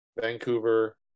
Vancouver